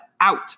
out